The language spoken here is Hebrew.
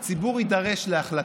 הציבור יידרש להחלטה,